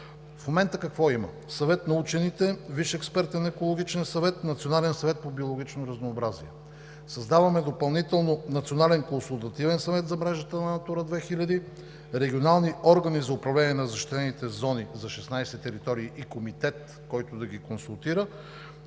В момента има Съвет на учените, Висш експертен екологичен съвет, Национален съвет по биологично разнообразие. Създаваме допълнително Национален консултативен съвет за мрежата „Натура 2000“, регионални органи за управление на защитените зони за 16 територии и Комитет, който да ги консултира,